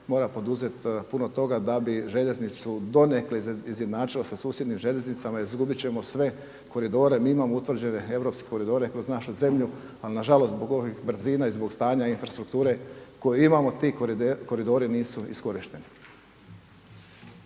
mora poduzeti puno toga da bi željeznicu donekle izjednačilo sa susjednim željeznicama, izgubiti ćemo sve koridore, mi imamo utvrđene europske koridore kroz našu zemlju ali nažalost zbog ovih brzina i zbog stanja infrastrukture koje imamo ti koridori nisu iskorišteni.